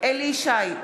אליהו ישי,